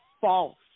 false